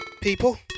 people